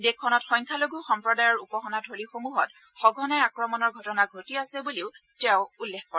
দেশখনত সংখ্যালঘু সম্প্ৰদায়ৰ উপাসনাথলীসমূহত সঘনাই আক্ৰমণৰ ঘটনা ঘটি আছে বুলিও তেওঁ উল্লেখ কৰে